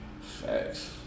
Facts